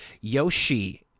Yoshi